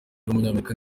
w’umunyamerika